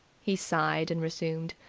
he sighed and resumed.